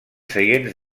seients